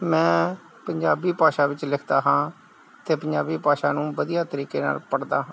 ਮੈਂ ਪੰਜਾਬੀ ਭਾਸ਼ਾ ਵਿੱਚ ਲਿਖਦਾ ਹਾਂ ਅਤੇ ਪੰਜਾਬੀ ਭਾਸ਼ਾ ਨੂੰ ਵਧੀਆ ਤਰੀਕੇ ਨਾਲ ਪੜ੍ਹਦਾ ਹਾਂ